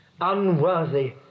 Unworthy